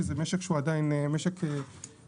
כי זה משק שהוא עדיין משק מתפתח.